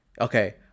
Okay